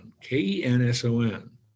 K-E-N-S-O-N